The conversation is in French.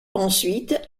ensuite